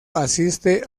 asiste